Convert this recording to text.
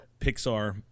Pixar